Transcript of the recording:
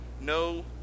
No